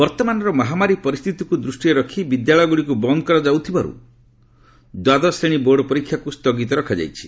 ବର୍ତ୍ତମାନର ମହାମାରୀ ପରିସ୍ଥିତିକୁ ଦୃଷ୍ଟିରେ ରଖି ବିଦ୍ୟାଳୟଗୁଡ଼ିକୁ ବନ୍ଦ କରାଯାଉଥିବାରୁ ଦ୍ୱାଦଶ ଶ୍ରେଣୀ ବୋର୍ଡ ପରୀକ୍ଷାକୁ ସ୍ଥଗିତ ରଖାଯାଇଛି